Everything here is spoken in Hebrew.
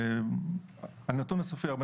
זה הנתון הסופי.